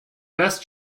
best